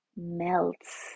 melts